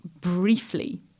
briefly